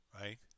right